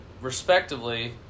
Respectively